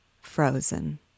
frozen